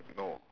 no